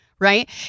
Right